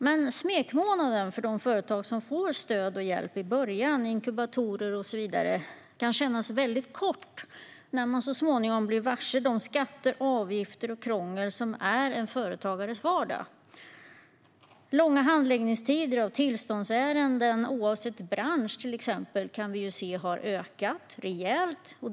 Men smekmånaden för de företag som får stöd och hjälp i början, inkubatorer och så vidare, kan kännas väldigt kort när de så småningom blir varse de skatter, avgifter och krångel som är en företagares vardag. Vi ser till exempel att handläggningstiderna och tillståndsärendena har ökat rejält, oavsett bransch.